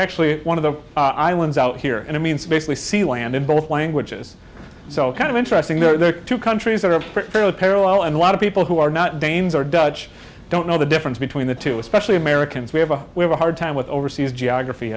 actually one of the islands out here and it means basically sealand in both languages so kind of interesting the two countries that have parallel and a lot of people who are not danes are dutch don't know the difference between the two especially americans we have a we have a high time with overseas geography